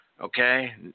okay